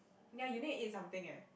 ya you need to eat something eh